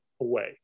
away